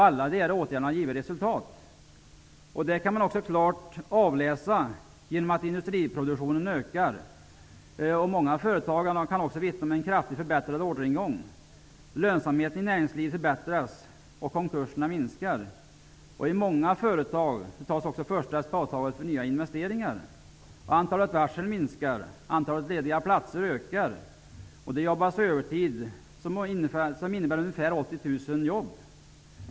Alla dessa åtgärder har givit resultat. Det kan man klart avläsa genom att industriproduktionen ökar. Många företag kan vittna om en kraftigt förbättrad orderingång. Lönsamheten i näringslivet förbättras, och konkurserna blir färre. I många företag tas också det första spadtaget för nya investeringar. Antalet varsel minskar. Antalet lediga platser ökar. Det jobbas övertid motsvarande ungefär 80 000 jobb.